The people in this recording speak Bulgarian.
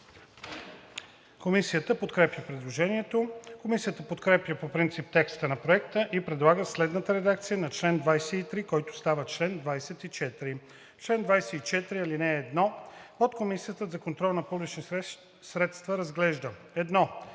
Комисията подкрепя предложението. Комисията подкрепя по принцип текста на Проекта и предлага следната редакция на чл. 23, който става чл. 24: „Чл. 24. (1) Подкомисията за контрол на публичните средства разглежда: 1.